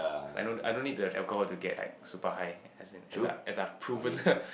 cause I don't I don't need the alcohol to get like super high as in as I as I've proven